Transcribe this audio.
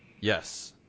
Yes